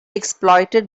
exploited